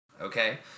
Okay